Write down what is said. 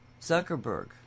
Zuckerberg